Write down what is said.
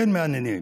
כן מעניינים.